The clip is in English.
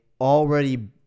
already